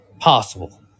possible